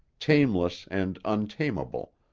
tameless and untamable,